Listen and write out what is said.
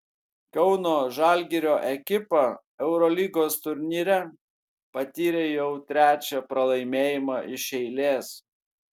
kauno žalgirio ekipa eurolygos turnyre patyrė jau trečią pralaimėjimą iš eilės